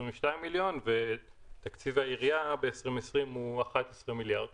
מיליון ותקציב העיריה ב-2020 הוא 11 מיליון שקל.